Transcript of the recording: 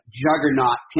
juggernaut